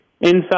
inside